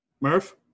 Murph